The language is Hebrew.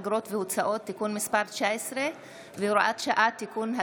אגרות והוצאות (תיקון מס' 19 והוראת שעה) (תיקון),